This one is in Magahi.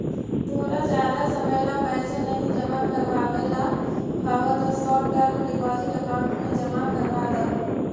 तोरा जादा समय ला पैसे नहीं जमा करवावे ला हव त शॉर्ट टर्म डिपॉजिट अकाउंट में जमा करवा द